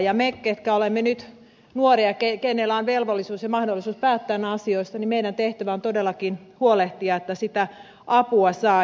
meidän jotka olemme nyt nuoria ja joilla on velvollisuus ja mahdollisuus päättää näistä asioista tehtävämme on todellakin huolehtia että sitä apua saa